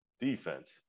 defense